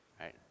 Right